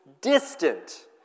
distant